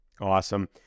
Awesome